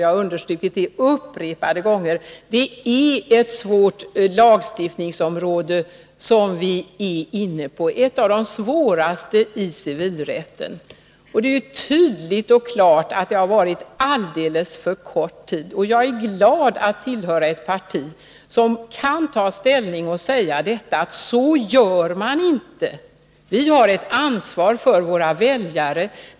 Jag har understrukit upprepade gånger att det är ett svårt lagstiftningsområde som vi är inne på, ett av de svåraste i civilrätten. Det är tydligt och klart att det har varit alldeles för kort tid. Jag är glad över att tillhöra ett parti som kan ta ställning och säga att så gör man inte. Vi har ett ansvar inför våra väljare.